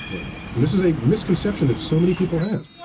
and this is a misconception that so many people have.